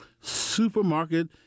Supermarket